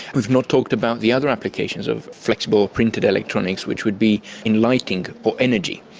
we've not talked about the other applications of flexible printed electronics which would be in lighting or energy.